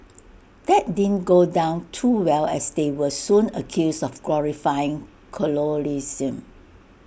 that did go down too well as they were soon accused of glorifying colonialism